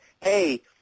hey